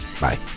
bye